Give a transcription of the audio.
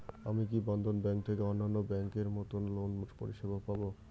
আমি কি বন্ধন ব্যাংক থেকে অন্যান্য ব্যাংক এর মতন লোনের পরিসেবা পাব?